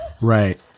Right